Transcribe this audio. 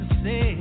say